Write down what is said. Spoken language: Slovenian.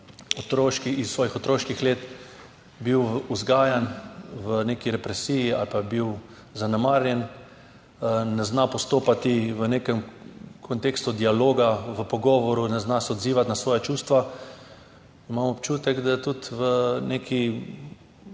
iz svojih otroških let bil vzgajan v neki represiji ali pa je bil zanemarjen, ne zna postopati v nekem kontekstu dialoga, v pogovoru, se ne zna odzivati na svoja čustva, imam občutek, da tudi v neki